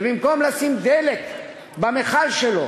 ובמקום לשים דלק במכל שלו,